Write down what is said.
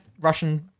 Russian